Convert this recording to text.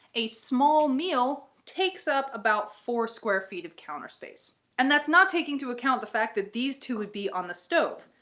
a small meal takes up about four square feet of counter space and that's not taking into account the fact that these two would be on the stove.